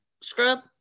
scrub